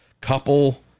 couple